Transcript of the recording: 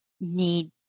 need